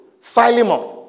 Philemon